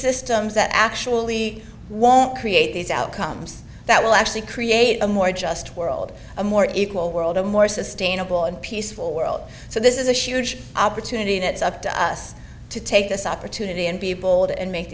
systems that actually won't create these outcomes that will actually create a more just world a more equal world a more sustainable and peaceful world so this is a huge opportunity that's up to us to take this opportunity and peopled and make